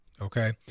okay